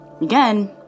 Again